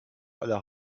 aller